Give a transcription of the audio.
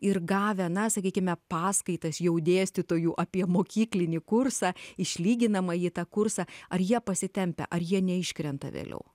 ir gavę na sakykime paskaitas jau dėstytojų apie mokyklinį kursą išlyginamąjį tą kursą ar jie pasitempia ar jie neiškrenta vėliau